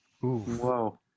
Whoa